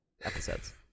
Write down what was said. episodes